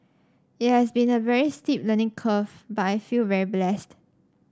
it has been a very steep learning curve but I feel very blessed